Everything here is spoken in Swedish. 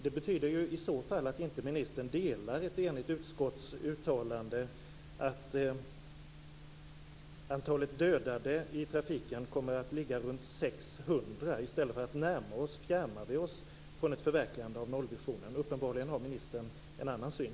Det här betyder ju i så fall att ministern inte delar ett enigt utskotts uttalande om att antalet dödade i trafiken kommer att ligga runt 600 och att vi i stället för att närma oss fjärmar oss från ett förverkligande av nollvisionen. Uppenbarligen har ministern en annan syn.